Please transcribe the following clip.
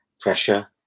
pressure